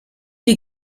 die